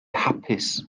hapus